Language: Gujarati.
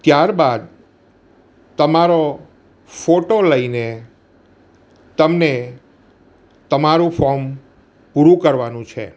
ત્યાર બાદ તમારો ફોટો લઈને તમને તમારું ફોમ પૂરું કરવાનું છે